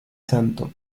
santo